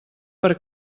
per